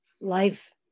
life